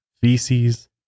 feces